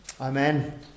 Amen